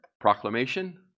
proclamation